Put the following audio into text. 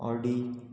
Audi